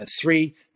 three